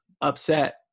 upset